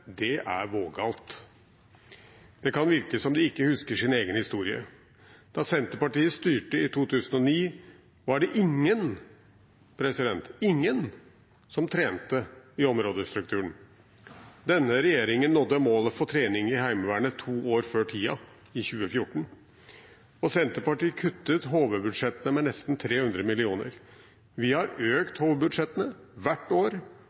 Det er vågalt. Det kan virke som de ikke husker sin egen historie. Da Senterpartiet styrte i 2009, var det ingen – ingen – som trente i områdestrukturen. Denne regjeringen nådde målet for trening i Heimevernet to år før tiden, i 2014. Og Senterpartiet kuttet HV-budsjettene med nesten 300 mill. kr. Vi har økt HV-budsjettene hvert år.